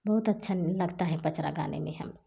बहुत अच्छा लगता है पचरा गाने में हमें